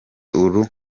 urundi